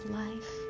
life